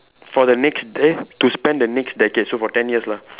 for the next eh to spend the next decade so for ten years lah